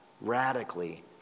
radically